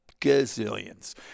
gazillions